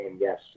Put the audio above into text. yes